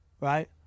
right